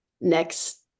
next